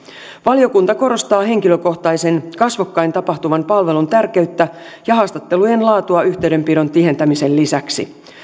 valiokunta korostaa henkilökohtaisen kasvokkain tapahtuvan palvelun tärkeyttä ja haastattelujen laatua yhteydenpidon tihentämisen lisäksi